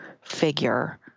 figure